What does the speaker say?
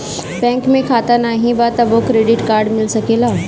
Bank में खाता नाही बा तबो क्रेडिट कार्ड मिल सकेला?